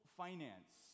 finance